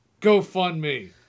GoFundMe